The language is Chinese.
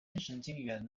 神经元